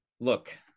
Look